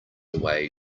away